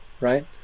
right